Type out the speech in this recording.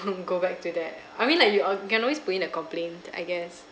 want go back to that I mean like you arg~ you can always put in a complaint I guess